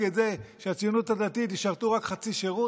את זה שבציונות הדתית ישרתו רק חצי שירות,